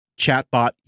Chatbot